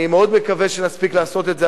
אני מאוד מקווה שנספיק לעשות את זה,